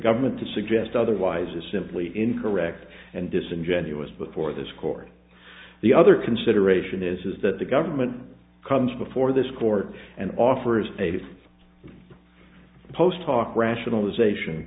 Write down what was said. government to suggest otherwise is simply incorrect and disingenuous before this court the other consideration is that the government comes before this court and offers a post talk rationalization